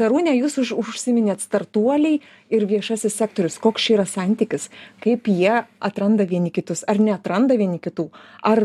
arūne jūs užsiminėt startuoliai ir viešasis sektorius koks čia yra santykis kaip jie atranda vieni kitus ar neatranda vieni kitų ar